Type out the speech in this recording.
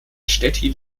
stettin